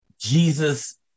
Jesus